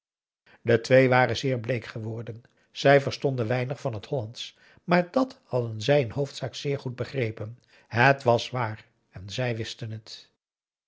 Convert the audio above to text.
de twee waren zeer bleek geworden zij verstonden weinig van het hollandsch maar dàt hadden zij in hoofdzaak zeer goed begrepen het was waar en zij wisten het